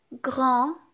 grand